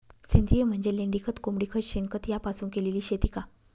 सेंद्रिय म्हणजे लेंडीखत, कोंबडीखत, शेणखत यापासून केलेली शेती का?